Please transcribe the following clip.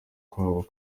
kwabo